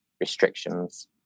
restrictions